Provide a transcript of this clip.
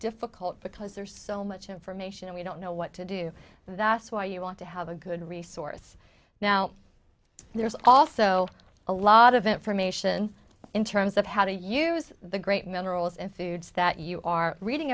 difficult because there's so much information we don't know what to do that's why you want to have a good resource now there's also a lot of information in terms of how they use the great many rolls and foods that you are reading